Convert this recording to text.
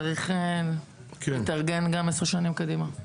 צריך להתארגן גם עשר שנים קדימה.